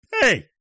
Hey